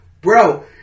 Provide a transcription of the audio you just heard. Bro